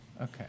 Okay